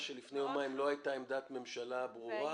שלפני יומיים לא הייתה עמדת ממשלה ברורה,